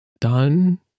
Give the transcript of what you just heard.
done